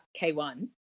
K1